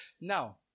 Now